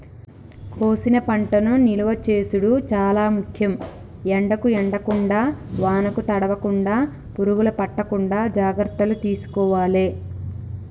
కోసిన పంటను నిలువ చేసుడు చాల ముఖ్యం, ఎండకు ఎండకుండా వానకు తడవకుండ, పురుగులు పట్టకుండా జాగ్రత్తలు తీసుకోవాలె